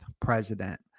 president